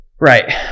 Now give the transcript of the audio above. Right